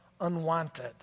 unwanted